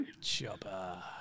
Chopper